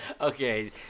okay